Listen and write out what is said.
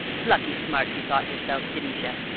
plucky smart you thought yerself, didn't you?